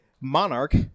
Monarch